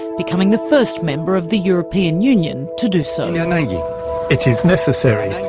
becoming the first member of the european union to do so. yeah and yeah it is necessary.